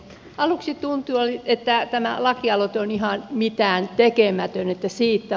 aluksi tuntui että tämä lakialoite on ihan mitääntekemätön